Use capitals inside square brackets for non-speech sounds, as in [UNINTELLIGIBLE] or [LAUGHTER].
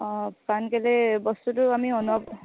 অঁ কাৰণ কেলৈ বস্তুটো আমি [UNINTELLIGIBLE]